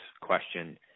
question